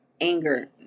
anger